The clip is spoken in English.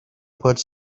puts